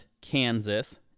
kansas